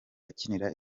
akinira